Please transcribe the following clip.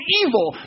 evil